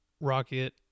Rocket